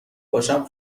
باشم